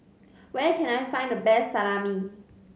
where can I find the best Salami